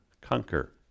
conquer